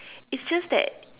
it's just that